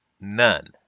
none